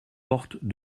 porte